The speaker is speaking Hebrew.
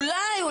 אולי,